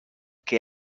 que